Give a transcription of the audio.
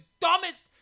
dumbest